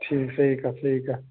ٹھیٖک صحی کَتھ صحی کَتھ